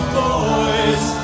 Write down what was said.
boys